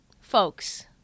Folks